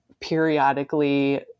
periodically